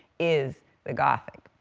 is the gothic.